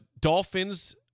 Dolphins